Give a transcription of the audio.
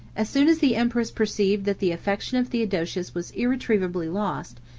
as soon as the empress perceived that the affection of theodosius was irretrievably lost,